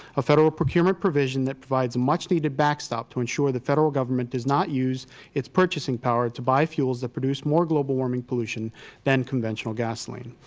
a federal procurement provision that provides much needed backstop to insure the federal government does not use its purchasing power to buy fuels that produce more global warming collusion than conventional gasoline.